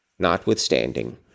notwithstanding